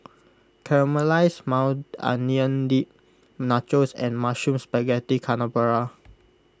Caramelized Maui Onion Dip Nachos and Mushroom Spaghetti Carbonara